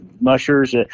mushers